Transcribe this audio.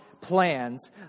plans